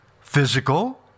physical